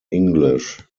english